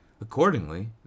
Accordingly